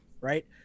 Right